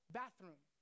bathroom